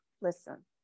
listen